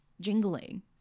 jingling